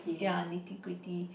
ya nitty gritty